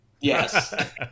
Yes